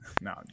No